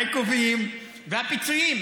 העיכובים והפיצויים,